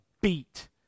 beat